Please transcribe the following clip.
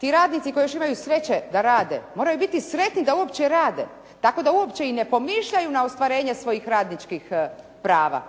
ti radnici koji još imaju sreće da rade, moraju biti sretni da uopće rade. Tako da uopće i ne pomišljaju na ostvarenje svojih radničkih prava.